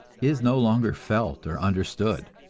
is no longer felt or understood.